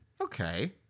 Okay